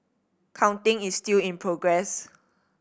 counting is still in progress